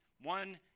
one